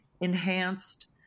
enhanced